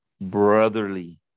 brotherly